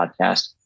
podcast